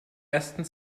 ersten